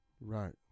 Right